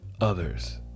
others